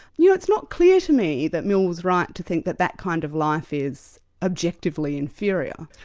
you know it's not clear to me that mill was right to think that that kind of life is objectively inferior.